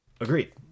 agreed